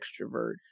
extrovert